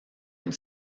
une